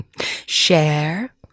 share